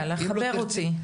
יאללה, חבר אותי.